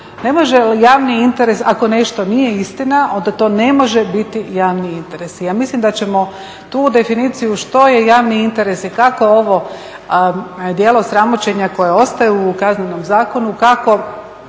ne može javni interes ako nešto nije istina onda to ne može biti javni interes. Ja mislim da ćemo tu definiciju što je javni interes i kako ovo djelo sramoćenja koje ostaje u Kaznenom zakonu, kako